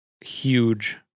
huge